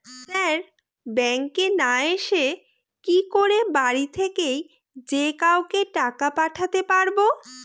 Sir ব্যাঙ্কে না এসে কি করে বাড়ি থেকেই যে কাউকে টাকা পাঠাতে পারবো?